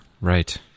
right